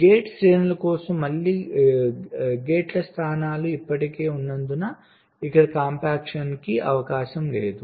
gate శ్రేణుల కోసంమళ్ళీ గేట్ల స్థానాలు ఇప్పటికే ఉన్నందున ఇక్కడ కాంపాక్షన్కి అవకాశం లేదు